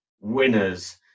winners